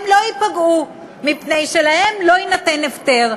הם לא ייפגעו, מפני שלהם לא יינתן הפטר.